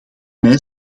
mij